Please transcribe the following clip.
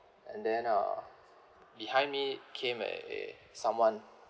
and then uh behind me came a a someone